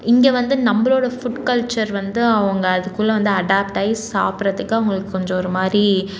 இங்கே வந்து நம்மளோடய ஃபுட் கல்ச்சர் வந்து அவங்க அதுக்குள்ள வந்து அடாப்ட் ஆகி சாப்பிட்றதுக்கு அவங்களுக்கு கொஞ்சம் ஒருமாதிரி